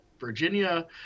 Virginia